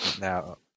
now